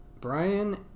Brian